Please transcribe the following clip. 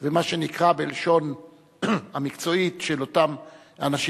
זה מה שנקרא בלשון המקצועית של אותם אנשים